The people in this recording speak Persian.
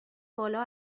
بالا